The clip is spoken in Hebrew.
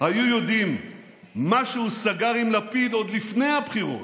היו יודעים מה הוא סגר עם לפיד עוד לפני הבחירות,